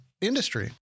industry